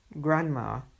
Grandma